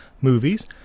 movies